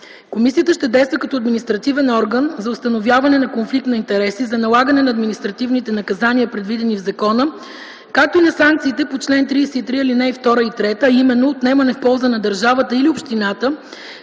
Комисията ще действа като административен орган за установяване на конфликт на интереси, за налагане на административните наказания, предвидени в закона, както и на санкциите по чл. 33, ал. 2 и 3, а именно – отнемане в полза на държавата или общината